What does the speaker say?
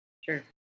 sure